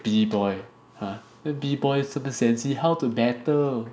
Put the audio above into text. B boy !huh! B boy so sensy how to battle